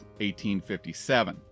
1857